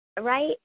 right